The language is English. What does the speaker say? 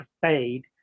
fade